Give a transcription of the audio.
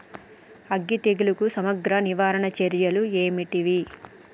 అగ్గి తెగులుకు సమగ్ర నివారణ చర్యలు ఏంటివి?